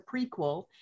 prequel